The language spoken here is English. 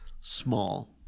small